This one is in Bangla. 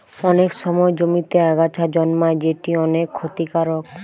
অনেক সময় জমিতে আগাছা জন্মায় যেটি অনেক ক্ষতিকারক